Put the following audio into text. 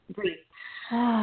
Breathe